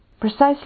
precisely